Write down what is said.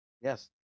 Yes